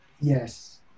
yes